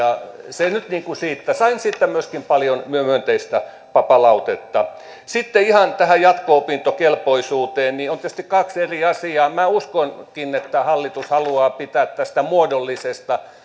se nyt niin kuin siitä sain siitä myöskin paljon myönteistä palautetta sitten ihan tähän jatko opintokelpoisuuteen on tietysti kaksi eri asiaa minä uskonkin että hallitus haluaa pitää tästä muodollisesta